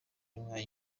rimwe